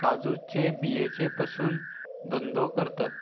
काजूचे बियेचे पसून धंदो करतात